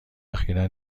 اخیرا